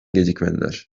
gecikmediler